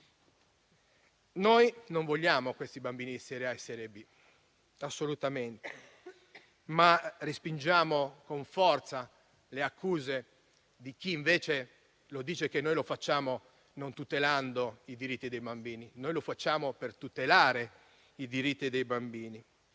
Noi non vogliamo bambini di serie A e serie B, assolutamente, ma respingiamo con forza le accuse di chi invece dice che noi questo facciamo non tutelando i diritti dei bambini. Noi lo facciamo per tutelare i diritti dei bambini.